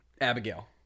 Abigail